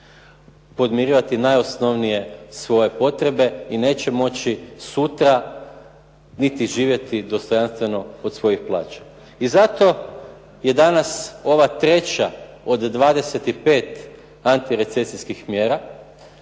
podmirivati najosnovnije svoje potrebe i neće moći sutra niti živjeti dostojanstveno od svojih plaća. I zato i danas ova treća od 25 antirecesijskih mjera,